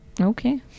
okay